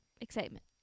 excitement